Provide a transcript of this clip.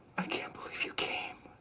i can't believe you came.